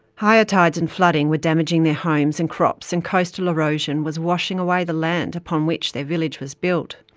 higher tides and flooding were damaging their homes and crops, and coastal erosion was washing away the land upon which their village was built.